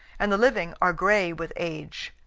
and the living are gray with age.